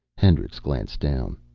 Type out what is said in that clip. hendricks glanced down.